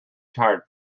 tired